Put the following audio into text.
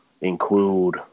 include